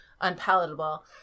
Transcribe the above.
unpalatable